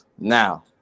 Now